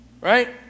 Right